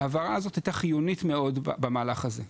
ההעברה הזאת הייתה חיונית מאוד במהלך הזה,